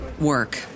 Work